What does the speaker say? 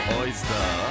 oyster